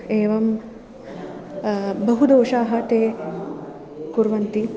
एवं बहुदोषान् ते कुर्वन्ति